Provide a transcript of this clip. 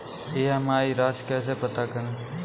EMI राशि कैसे पता करें?